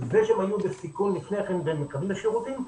זה שהם היו בסיכון לפני כן והם מקבלים את השירותים,